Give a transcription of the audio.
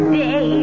day